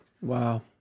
Wow